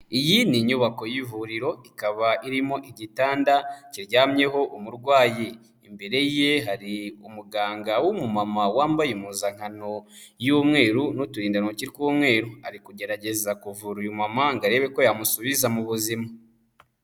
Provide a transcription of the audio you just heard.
Iyi ni inyubako y'ivuriro ikaba irimo igitanda kiryamyeho umurwayi, imbere ye hari umuganga w'umumama wambaye impuzankano y'umweru n'uturindantoki tw'umweru ari kugerageza kuvura uyu mu ngo arebe ko yamusubiza mu buzima.